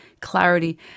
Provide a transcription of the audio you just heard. clarity